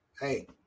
Hey